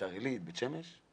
בביתר עילית ובבית שמש,